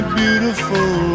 beautiful